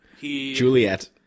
Juliet